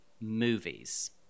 movies